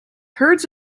herds